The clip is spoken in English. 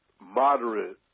moderate